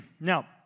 Now